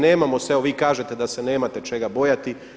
Nemamo se, evo vi kažete da se nemate čega bojati.